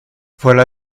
voilà